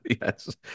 yes